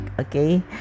okay